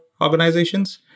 organizations